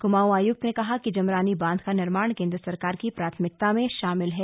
कुमाऊं आयुक्त ने कहा कि जमरानी बांध का निर्माण केन्द्र सरकार की प्राथमिकता में शामिल है